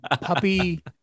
puppy